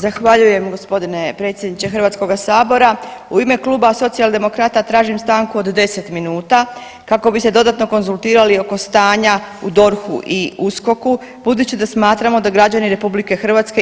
Zahvaljujem g. predsjedniče HS-a, u ime Kluba socijaldemokrata tražim stanku od 10 minuta kako bi se dodatno konzultirali oko stanja u DORH-u i USKOK-u budući da smatramo da građani RH